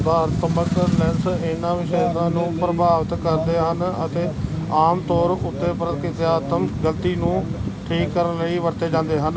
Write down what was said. ਸੁਧਾਰਾਤਮਕ lens ਇਹਨਾਂ ਵਿਸ਼ੇਸ਼ਤਾਵਾਂ ਨੂੰ ਪ੍ਰਭਾਵਿਤ ਕਰਦੇ ਹਨ ਅਤੇ ਆਮ ਤੌਰ ਉੱਤੇ ਪ੍ਰਤੀਕ੍ਰਿਆਤਮਕ ਗਲਤੀ ਨੂੰ ਠੀਕ ਕਰਨ ਲਈ ਵਰਤੇ ਜਾਂਦੇ ਹਨ